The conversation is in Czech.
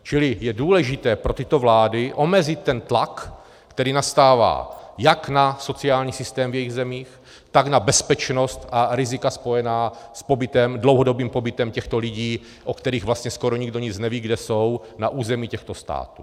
Čili je důležité pro tyto vlády omezit ten tlak, který nastává jak na sociální systém v jejich zemích, tak na bezpečnost a rizika spojená s dlouhodobým pobytem těchto lidí, o kterých vlastně skoro nikdo nic neví, kde jsou, na území těchto států.